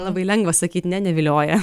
labai lengva sakyt ne nevilioja